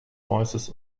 voices